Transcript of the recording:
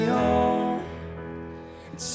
home